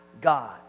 God